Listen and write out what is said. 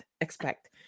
expect